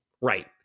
Right